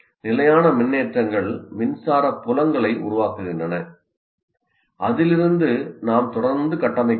நிலையான மின்னேற்றங்கள் மின்சார புலங்களை உருவாக்குகின்றன அதிலிருந்து நாம் தொடர்ந்து கட்டமைக்க முடியும்